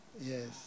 Yes